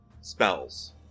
spells